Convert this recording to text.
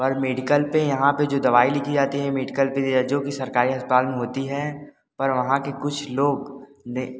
पर मेडिकल पर यहाँ पर जो दवाई लिखी जाती है मेडिकल पर या जो कि सरकारी अस्पताल में होती है पर वहाँ के कुछ लोग ने